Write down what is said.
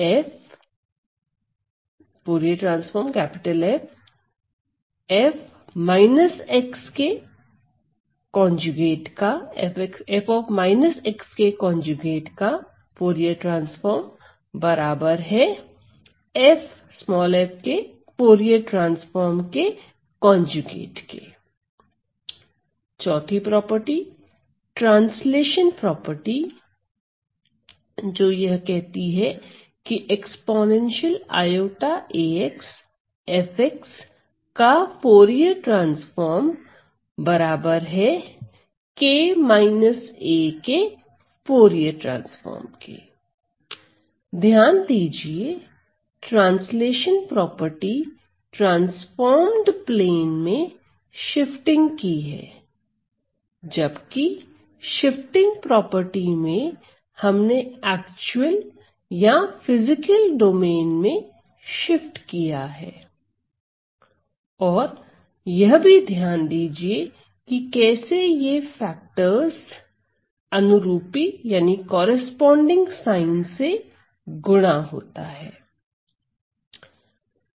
4 translation property ध्यान दीजिए translation property transformed plane में शिफ्टिंग की है जबकि शिफ्टिंग प्रॉपर्टी में हमने एक्चुअल या फिजिकल डोमेन में शिफ्ट किया और ध्यान दीजिए कि कैसे ये फैक्टर्स अनुरूपी साइन से गुणा होते हैं